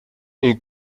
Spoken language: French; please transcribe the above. est